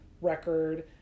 record